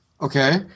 Okay